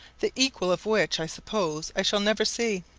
the equal of which i suppose i shall never see.